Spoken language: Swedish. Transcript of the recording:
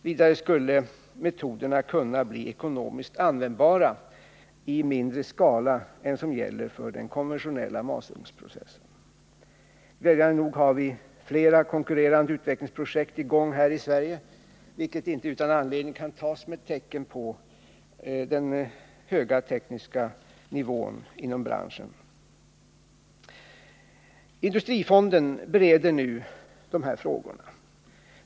Vidare skulle metoderna kunna bli ekonomiskt användbara i mindre skala än vad som gäller för den konventionella masugnsprocessen. Glädjande nog har vi flera konkurrerande utvecklingsprojekt i gång här i Sverige, vilket inte utan anledning kan tas som ett tecken på den höga tekniska nivån inom branschen. Industrifonden bereder nu de här frågorna.